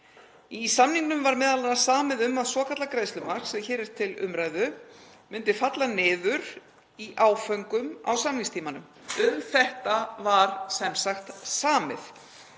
ári. Þar var m.a. samið um að svokallað greiðslumark, sem hér er til umræðu, myndi falla niður í áföngum á samningstímanum. Um þetta var sem sagt samið.